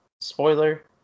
spoiler